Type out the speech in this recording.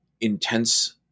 Intense